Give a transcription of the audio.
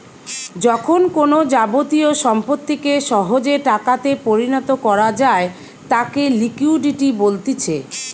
যখন কোনো যাবতীয় সম্পত্তিকে সহজে টাকাতে পরিণত করা যায় তাকে লিকুইডিটি বলতিছে